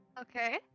Okay